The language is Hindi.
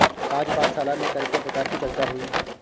आज पाठशाला में कर के प्रकार की चर्चा हुई